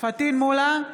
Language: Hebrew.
פטין מולא,